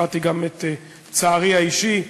הבעתי גם את צערי האישי,